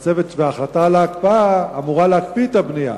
וההחלטה על ההקפאה אמורה להקפיא את הבנייה.